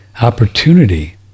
opportunity